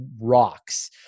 rocks